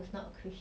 oh